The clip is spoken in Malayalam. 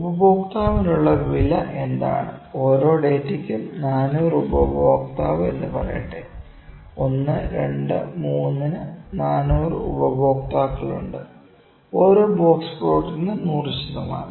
ഉപഭോക്താവിനുള്ള വില എന്താണ് ഓരോ ഡാറ്റയ്ക്കും 400 ഉപഭോക്താവ് എന്ന് പറയട്ടെ 1 2 3 ന് 400 ഉപഭോക്താക്കളുണ്ട് ഒരു ബോക്സ് പ്ലോട്ടിന് 100 ശതമാനം